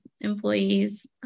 employees